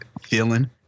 feeling